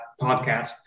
podcast